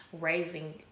raising